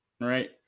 right